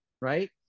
right